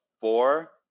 four